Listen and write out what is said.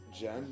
Jen